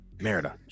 Merida